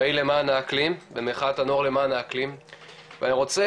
פעיל למען האקלים ומחאת הנוער למען האקלים ואני רוצה